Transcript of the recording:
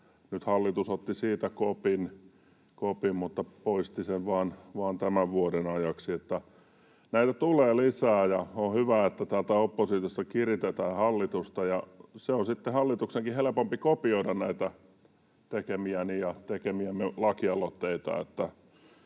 Nyt hallitus otti siitä kopin mutta poisti sen vain tämän vuoden ajaksi. Näitä tulee lisää, ja on hyvä, että täältä oppositiosta kiritetään hallitusta, ja se on sitten hallituksenkin helpompi kopioida näitä tekemiäni ja tekemiämme lakialoitteita,